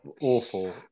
awful